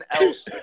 else